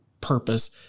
purpose